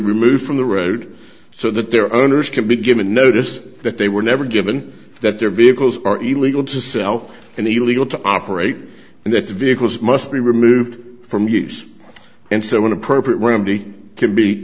removed from the road so that their owners can be given notice that they were never given that their vehicles are even legal to sell and a legal to operate and that vehicles must be removed from use and so an appropriate